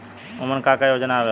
उमन का का योजना आवेला?